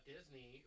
Disney